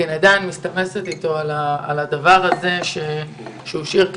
זה חשוב